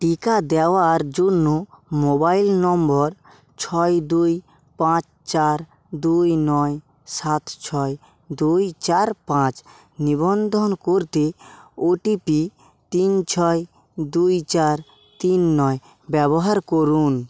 টিকা দেওয়ার জন্য মোবাইল নম্বর ছয় দুই পাঁচ চার দুই নয় সাত ছয় দুই চার পাঁচ নিবন্ধন করতে ওটিপি তিন ছয় দুই চার তিন নয় ব্যবহার করুন